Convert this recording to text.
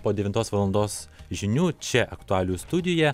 po devintos valandos žinių čia aktualijų studija